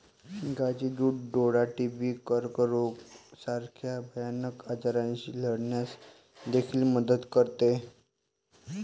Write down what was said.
गायीचे दूध डोळा, टीबी, कर्करोग यासारख्या भयानक आजारांशी लढण्यास देखील मदत करते